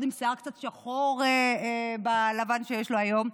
עוד עם שיער קצת שחור בלבן שיש לו היום.